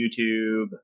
YouTube